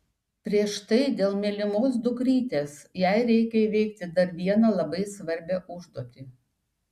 prieš tai dėl mylimos dukrytės jai reikia įveikti dar vieną labai svarbią užduotį